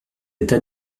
êtes